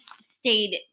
stayed